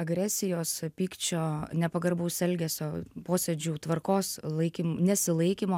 agresijos pykčio nepagarbaus elgesio posėdžių tvarkos laikym nesilaikymo